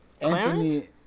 Anthony